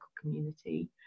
Community